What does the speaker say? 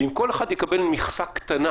ואם כל אחד יקבל מכסה קטנה